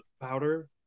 powder